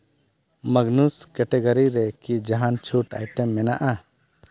ᱢᱟᱜᱽᱱᱩᱥ category ᱨᱮᱠᱤ ᱡᱟᱦᱟᱱ ᱪᱷᱩᱴ ᱟᱭᱴᱮᱢ ᱢᱮᱱᱟᱜᱼᱟ